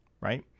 right